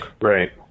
Right